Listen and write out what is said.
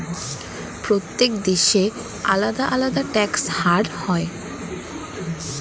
প্রত্যেক দেশে আলাদা আলাদা ট্যাক্স হার হয়